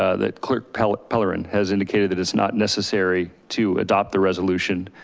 ah that clerk pelerin pelerin has indicated that it's not necessary to adopt the resolution.